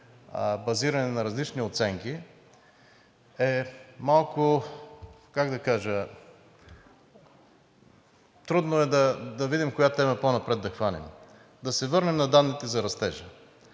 базирани на различни оценки, е малко, как да кажа, трудно е да видим коя тема по-напред да хванем. Да се върнем на данните за растежа.